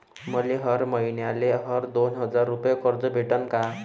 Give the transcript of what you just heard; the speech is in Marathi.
मले हर मईन्याले हर दोन हजार रुपये कर्ज भेटन का?